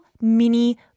mini